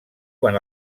quan